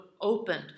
opened